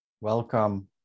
welcome